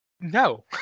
No